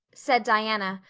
said diana,